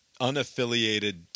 unaffiliated –